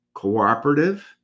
cooperative